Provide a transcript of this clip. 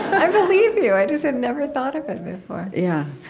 i believe you, i just had never thought of it before yeah.